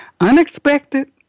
unexpected